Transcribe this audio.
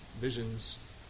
Visions